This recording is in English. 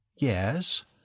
yes